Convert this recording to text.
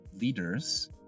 leaders